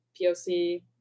POC